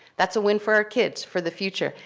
that's a win for our kids, for the future.